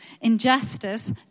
Injustice